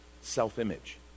self-image